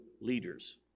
leaders